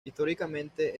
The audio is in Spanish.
históricamente